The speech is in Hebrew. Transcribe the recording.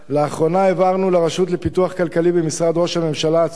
לאחרונה העברנו לרשות לפיתוח כלכלי במשרד ראש הממשלה הצעה